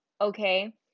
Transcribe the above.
Okay